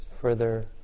further